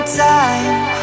time